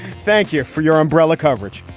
thank you for your umbrella coverage.